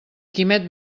quimet